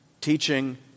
teaching